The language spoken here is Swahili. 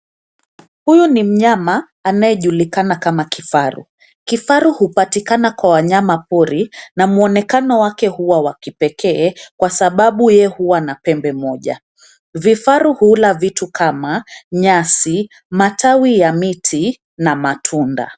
Huyu ni mnyama, anayejulikana kama kifaru, kifaru hupatikana kwa wanyama pori na mwonekano wake huwa wa kipekee, kwa sababu yeye huwa na pembe moja, vifaru huula vitu kama, nyasi, matawi ya miti na matunda.